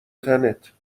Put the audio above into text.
تنت